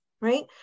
right